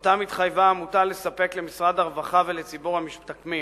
שאותם התחייבה העמותה לספק למשרד הרווחה ולציבור המשתקמים.